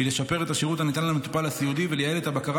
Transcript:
היא לשפר את השירות הניתן למטופל הסיעודי ולייעל את הבקרה